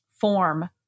Form